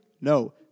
No